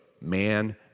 man